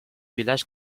village